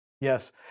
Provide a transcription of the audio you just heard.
Yes